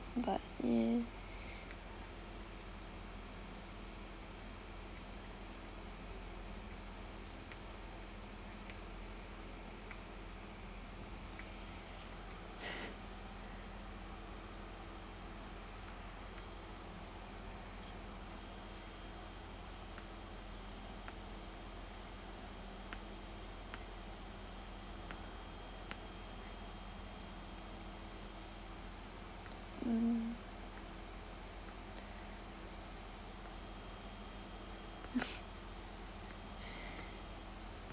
but in mm